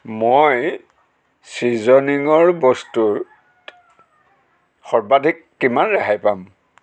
মই ছিজনিঙৰ বস্তুত সৰ্বাধিক কিমান ৰেহাই পাম